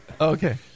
Okay